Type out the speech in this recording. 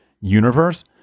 universe